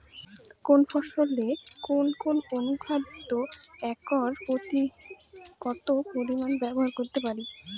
কোন ফসলে কোন কোন অনুখাদ্য একর প্রতি কত পরিমান ব্যবহার করতে পারি?